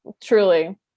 Truly